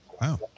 wow